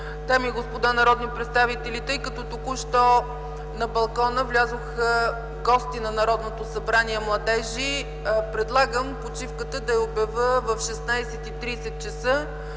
и господа народни представители, тъй като току-що на балкона влязоха гости на Народното събрание – младежи, предлагам да обява почивката